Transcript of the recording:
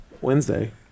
Wednesday